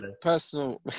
personal